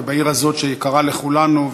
ובעיר הזאת שיקרה לכולנו,